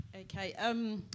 Okay